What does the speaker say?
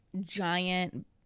giant